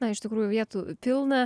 na iš tikrųjų vietų pilna